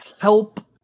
help